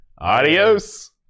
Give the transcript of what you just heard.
adios